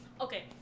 okay